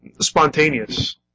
spontaneous